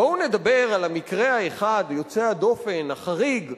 בואו נדבר על המקרה האחד, היוצא-דופן, החריג,